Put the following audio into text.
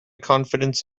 confidence